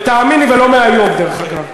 ותאמין לי, ולא מהיום, דרך אגב.